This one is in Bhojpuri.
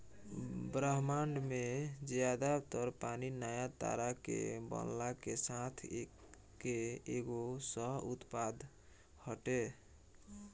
ब्रह्माण्ड में ज्यादा तर पानी नया तारा के बनला के साथ के एगो सह उत्पाद हटे